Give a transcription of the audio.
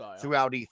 throughout